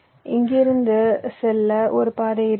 இங்கிருந்து இங்கு செல்ல ஒரு பாதை இருக்கிறது